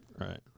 Right